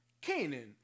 Canaan